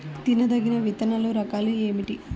తినదగిన విత్తనాల రకాలు ఏమిటి?